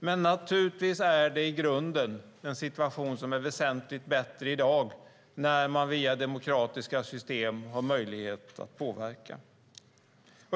Men naturligtvis är det i grunden en situation som är väsentligt bättre i dag när man via demokratiska system har möjlighet att påverka.